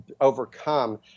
overcome